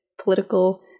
political